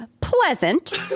pleasant